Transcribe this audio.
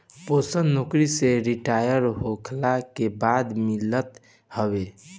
pension नोकरी से retire होखला के बाद मिलत हवे